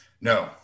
No